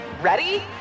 Ready